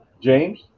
James